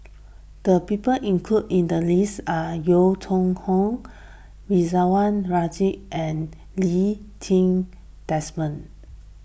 the people included in the list are Yeo Hoe Koon Ridzwan Dzafir and Lee Ti Seng Desmond